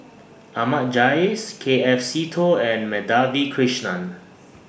Ahmad Jais K F Seetoh and Madhavi Krishnan